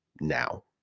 now